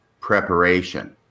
Preparation